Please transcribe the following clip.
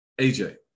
aj